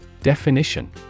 Definition